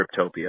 Cryptopia